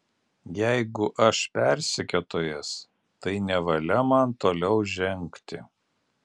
jeigu aš persekiotojas tai nevalia man toliau žengti